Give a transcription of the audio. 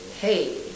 Hey